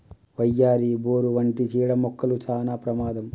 వయ్యారి, బోరు వంటి చీడ మొక్కలు సానా ప్రమాదం